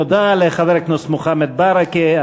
תודה לחבר הכנסת מוחמד ברכה.